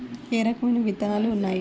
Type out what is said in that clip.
ఏ రకమైన విత్తనాలు ఉన్నాయి?